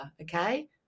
okay